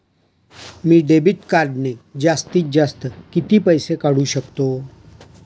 मी debit कार्डने जास्तीत जास्त किती पैसे काढू शकतो?